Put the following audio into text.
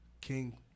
King